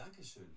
Dankeschön